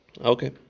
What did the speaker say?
Okay